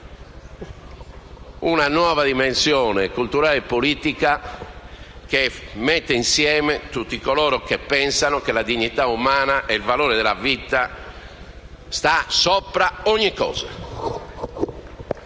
una nuova dimensione culturale e politica, che metta insieme tutti coloro che pensano che la dignità umana e il valore della vita stanno sopra ogni cosa.